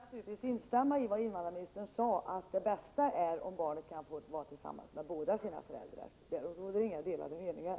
Fru talman! Jag vill naturligtvis instämma i vad invandrarministern sade, nämligen att det bästa är om barnen kan få vara tillsammans med båda sina föräldrar. Därom råder inga delade meningar.